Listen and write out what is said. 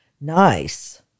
nice